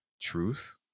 truth